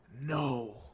No